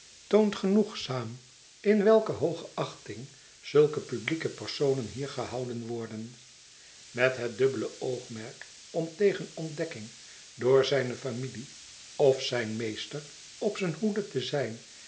toont genoegzaam in welke hooge achting zulke publieke personen hier gehouden worden met het dubbele oogmerk om tegen ontdekking door zijne familie of zijn meester op zijne hoede te zijn